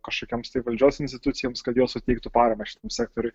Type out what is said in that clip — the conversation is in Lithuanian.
kažkokioms tai valdžios institucijoms kad jos suteiktų paramą šitam sektoriui